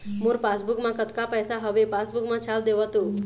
मोर passbook मा कतका पैसा हवे पासबुक मा छाप देव तो?